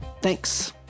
thanks